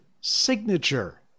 signature